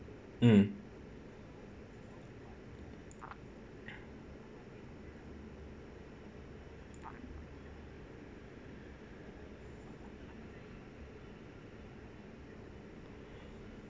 mm